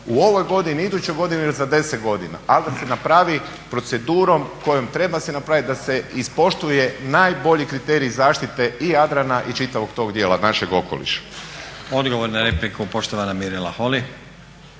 u ovoj godini, idućoj godini ili za 10 godina? Ali da se napravi procedurom kojom treba se napraviti da se ispoštuje najbolji kriterij zaštite i Jadrana i čitavog tog dijela našeg okoliša. **Stazić, Nenad (SDP)** Odgovor na repliku, poštovana Mirela Holy.